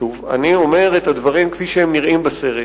שוב, אני אומר את הדברים כפי שהם נראים בסרט,